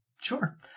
Sure